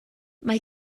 mae